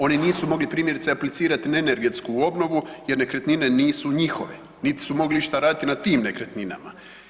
Oni nisu mogli primjerice aplicirati na energetsku obnovu jer nekretnine nisu njihove, niti su mogli išta raditi na tim nekretninama.